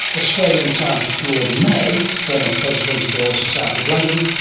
australian scientist lord may, former president of the royal society of london,